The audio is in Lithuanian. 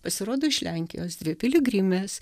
pasirodo iš lenkijos dvi piligrimės